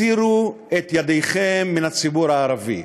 הסירו את ידיכם מן הציבור הערבי.